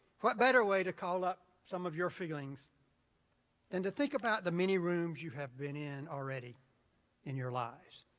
what better way to call up some of your feelings than and to think about the many rooms you have been in already in your lives.